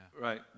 Right